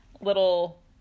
little